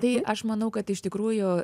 tai aš manau kad iš tikrųjų